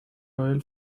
royal